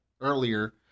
earlier